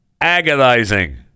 agonizing